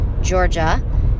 Georgia